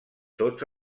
tots